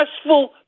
successful